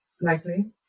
likely